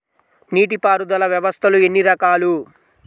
నీటిపారుదల వ్యవస్థలు ఎన్ని రకాలు?